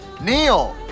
Neil